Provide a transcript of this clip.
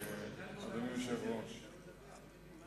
אדוני היושב-ראש,